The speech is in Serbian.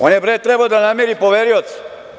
On je trebao da namiri poverioce.